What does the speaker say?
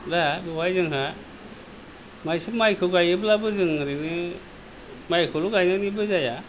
दा बेवहाय जोंहा माइसालि माइखौ गायोब्लाबो जों ओरैबो माइखौल' गायनानैबो जाया